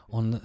on